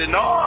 no